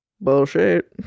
Bullshit